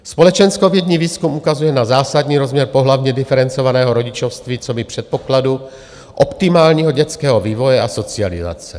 Společenskovědní výzkum ukazuje na zásadní rozměr pohlavně diferencovaného rodičovství coby předpokladu optimálního dětského vývoje a socializace.